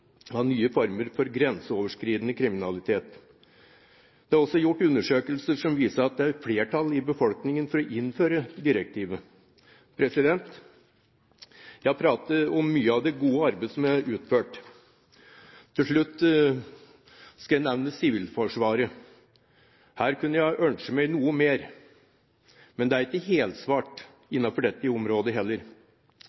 av nye former for grenseoverskridende kriminalitet. Det er også gjort undersøkelser som viser at det er flertall i befolkningen for å innføre direktivet. Jeg har pratet om mye av det gode arbeidet som er utført. Til slutt skal jeg nevne Sivilforsvaret. Her kunne jeg ønsket meg noe mer, men det er ikke